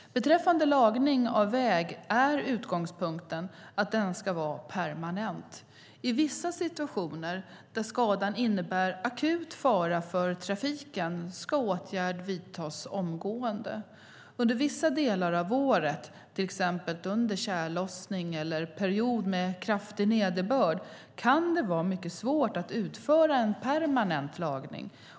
Beträffande lagning av väg är utgångspunkten att denna ska vara permanent. I vissa situationer där skadan innebär akut fara för trafiken ska åtgärd vidtas omgående. Under vissa delar av året, till exempel under tjällossning eller period med kraftig nederbörd, kan det vara mycket svårt att utföra en permanent lagning.